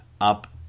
up